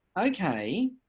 Okay